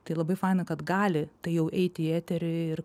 tai labai faina kad gali tai jau eiti į eterį ir